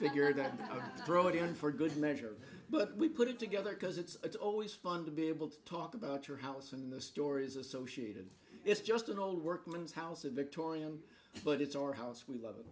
figured that about throwing it in for good measure but we put it together because it's always fun to be able to talk about your house and the stories associated it's just an old workman's house a victorian but it's our house we love